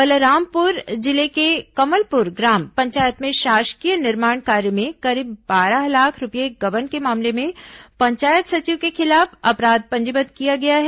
बलरामपुर जिले के कमलपुर ग्राम पंचायत में शासकीय निर्माण कार्य में करीब बारह लाख रूपये गबन के मामले में पंचायत सचिव के खिलाफ अपराध पंजीबद्ध किया गया है